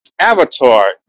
avatar